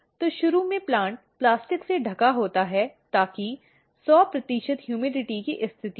तो शुरू में प्लांट प्लास्टिक से ढका होता है ताकि 100 ह्यूमिडटी की स्थिति हो